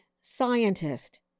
scientist